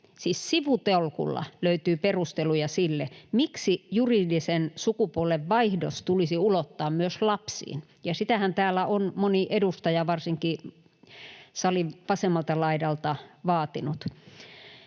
siis sivutolkulla löytyy perusteluja sille — miksi juridisen sukupuolen vaihdos tulisi ulottaa myös lapsiin, ja sitähän täällä on moni edustaja varsinkin salin vasemmalta laidalta vaatinut.